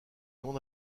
non